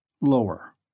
lower